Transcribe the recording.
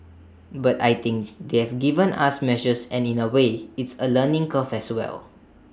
but I think they've given us measures and in A way it's A learning curve as well